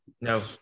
No